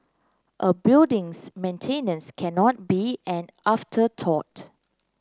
a building's maintenance cannot be an afterthought